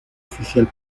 oficial